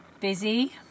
busy